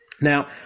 Now